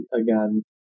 again